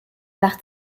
par